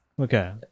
Okay